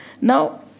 Now